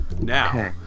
Now